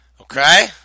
Okay